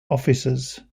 officers